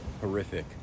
horrific